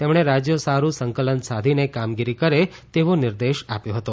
તેમણે રાજ્યો સાડું સંકલન સાધીને કામગીરી કરે તેવો નિર્દેશ આપ્યો હતો